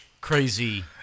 crazy